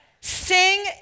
sing